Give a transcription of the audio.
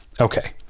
okay